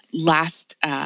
last